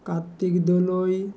Kartik Dolui